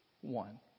one